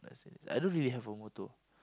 I don't really have a motto